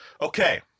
Okay